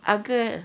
uncle